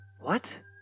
What